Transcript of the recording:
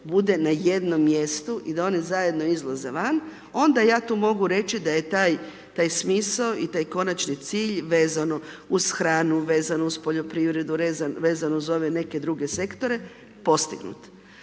budu na jednom mjestu i da one zajedno izlaze van, onda ja tu mogu reći da je taj smisao i taj konačni cilj vezano uz hranu, vezano uz poljoprivredu, vezano uz ove neke druge sektore, postignut. Vezano